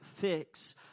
fix